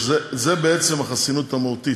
שזו בעצם החסינות המהותית.